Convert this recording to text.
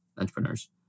entrepreneurs